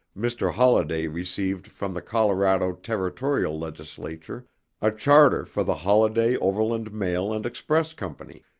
mr. holladay received from the colorado territorial legislature a charter for the holladay overland mail and express company,